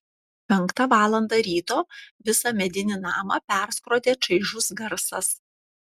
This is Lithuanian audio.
penktą valandą ryto visą medinį namą perskrodė čaižus garsas